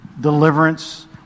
Deliverance